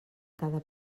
cada